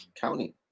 County